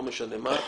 לא משנה מה.